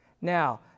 Now